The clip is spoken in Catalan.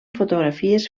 fotografies